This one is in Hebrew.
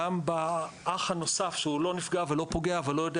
גם באח הנוסף שהוא לא נפגע ולא פוגע אבל לא יודע